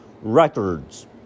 records